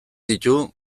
ditu